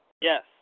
yes